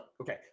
okay